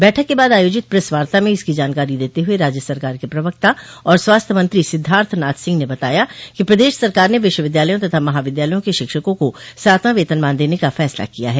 बैठक के बाद आयोजित प्रेस वार्ता में इसकी जानकारी देते हुए राज्य सरकार के प्रवक्ता और स्वास्थ्य मंत्री सिद्धार्थनाथ सिंह ने बताया कि प्रदेश सरकार ने विश्वविद्यालयों और महाविद्यालयों के शिक्षकों को सातवां वेतनमान देने का फैसला किया है